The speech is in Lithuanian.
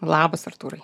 labas artūrai